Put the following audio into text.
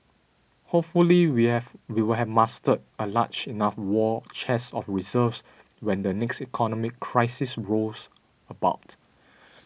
hopefully we have we will have mustered a large enough war chest of reserves when the next economic crisis rolls about